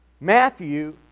Matthew